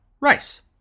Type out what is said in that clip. Rice